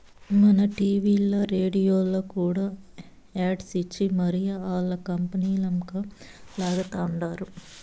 మన టీవీల్ల, రేడియోల్ల కూడా యాడ్స్ ఇచ్చి మరీ ఆల్ల కంపనీలంక లాగతండారు